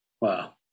Wow